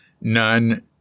none